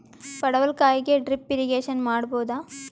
ಪಡವಲಕಾಯಿಗೆ drip irrigation ಮಾಡಬೋದ?